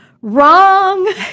Wrong